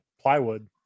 plywood